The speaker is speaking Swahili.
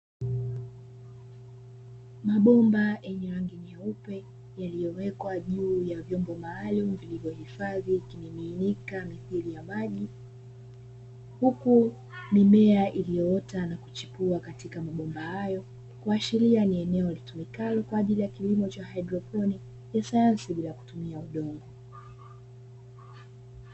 Mabomba yenye rangi nyeupe, yaliyowekwa juu ya vyombo maalumu, vilivyohifadhi kimiminika ithili ya maji, huku mimea iliyoota na kuchipua katika mabomba hayo, kuashiria ni eneo litumikalo kwaajili ya kilimo cha haidroponi cha sayansi bila kutumia udongo.